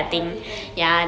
forte kind of thing